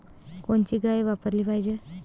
कोनची गाय वापराली पाहिजे?